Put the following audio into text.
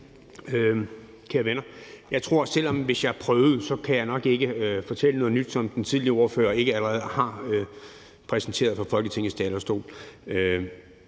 jeg tror, at selv om jeg prøvede, ville jeg nok ikke kunne fortælle noget nyt, som den tidligere ordfører ikke allerede har præsenteret fra Folketingets talerstol.